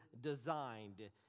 designed